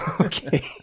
okay